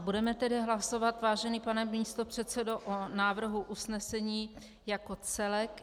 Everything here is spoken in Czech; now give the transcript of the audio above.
Budeme tedy hlasovat, vážený pane místopředsedo, o návrhu usnesení jako celku.